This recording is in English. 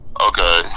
Okay